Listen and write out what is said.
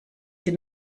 sie